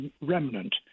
remnant